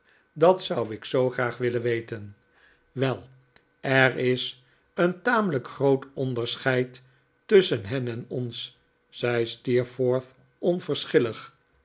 dat zou ik zoo graag willen weten wel er is een tamelijk groot onderscheid tusschen hen en ons zei